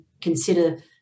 consider